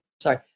sorry